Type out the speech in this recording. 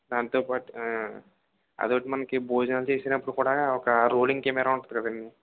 దానితోపాటు అదొకటి మనకి భోజనాలు చేసినప్పుడు కూడ ఒక రోలింగ్ కెమెరా ఉంటుంది కదండి